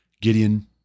Gideon